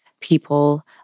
people